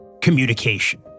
communication